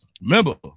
Remember